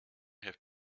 have